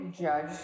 judge